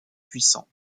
puissant